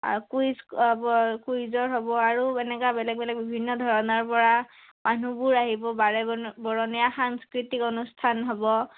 quiz কুইজৰ হ'ব আৰু এনেকুৱা বেলেগ বেলেগ বিভিন্ন ধৰণৰ পৰা মানুহবোৰ আহিব বাৰে বৰণীয়া সাংস্কৃতিক অনুষ্ঠান হ'ব